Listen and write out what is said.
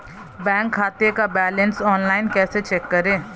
Bank खाते का balance online कैसे चेक करें?